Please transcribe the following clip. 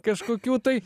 kažkokių tai